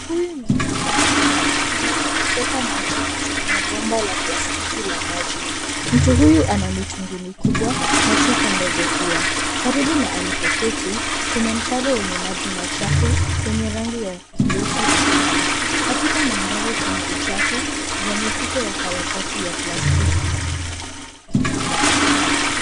Huyu ni mwanaume anayeonekana akiteka maji kutumia bomba la plastiki la maji. Mtu huyu ana mitungi mikubwa na chupa ndogo pia. Karibu na alipoketi, kuna mtaro wenye maji machafu yenye rangi ya nyeusi hafifu. Katika mandhari kuna uchafu za mifuko ya karatasi ya plastiki.